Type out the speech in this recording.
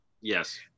Yes